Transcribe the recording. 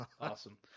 Awesome